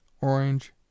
orange